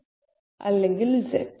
അല്ലെങ്കിൽ z